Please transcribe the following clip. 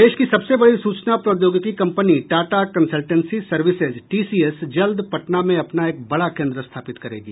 देश की सबसे बड़ी सूचना प्रौद्योगिकी company Tata consultancy services TCS जल्द पटना में अपना एक बड़ा केंद्र स्थापित करेगी